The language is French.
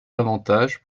avantages